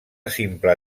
simple